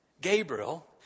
Gabriel